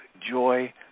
joy